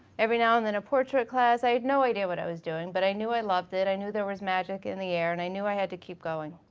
every now and then a portrait class. i had no idea what i was doing but i knew i loved it, i knew there was magic in the air and i knew i had to keep going.